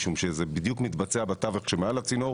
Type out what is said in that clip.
משום שזה בדיוק מתבצע בתווך שמעל הצינור